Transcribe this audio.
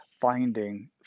finding